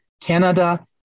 Canada